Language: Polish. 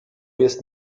jest